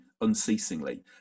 unceasingly